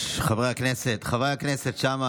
חברי הכנסת שם,